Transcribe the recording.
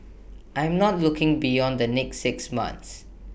I'm not looking beyond the next six months